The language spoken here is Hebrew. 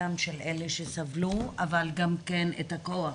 צעקתן של אלה שסבלו אבל גם כן את הכוח